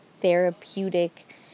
therapeutic